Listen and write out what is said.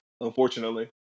unfortunately